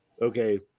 Okay